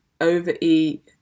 overeat